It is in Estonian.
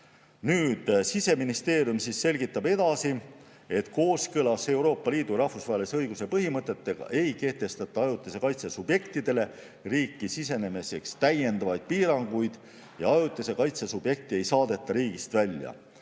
Nüüd, Siseministeerium selgitab edasi, et kooskõlas Euroopa Liidu ja rahvusvahelise õiguse põhimõtetega ei kehtestata ajutise kaitse subjektidele riiki sisenemiseks täiendavaid piiranguid ja ajutise kaitse subjekti ei saadeta riigist välja.